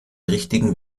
richtigen